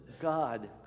God